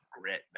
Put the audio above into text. grit